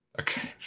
Okay